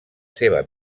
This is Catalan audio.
seva